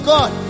God